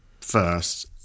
first